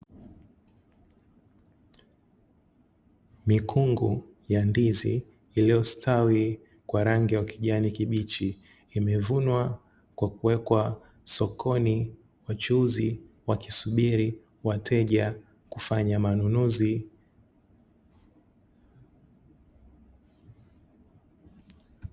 Mikungu ya ndizi iliyostawi kwa rangi ya kijani kibichi imevunwa kwa kuwekwa sokoni, wachuzi wakisubiri wateja kufanya manunuzi.